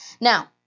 Now